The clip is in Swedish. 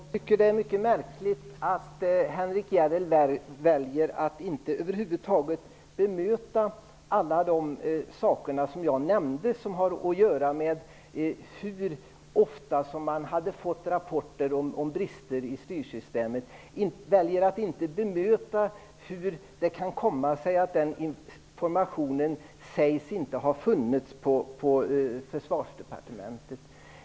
Herr talman! Det är mycket märkligt att Henrik Järrel väljer att inte över huvud taget bemöta allt det som jag nämnde, vilket har att göra med hur ofta man hade fått rapporter om brister i styrsystemet. Hur kan det komma sig att man påstår att denna information inte har funnits i Försvarsdepartementet?